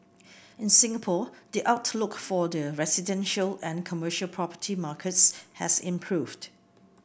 in Singapore the outlook for the residential and commercial property markets has improved